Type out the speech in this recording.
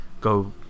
go